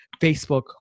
Facebook